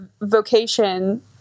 vocation